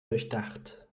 durchdacht